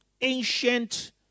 ancient